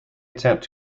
attempt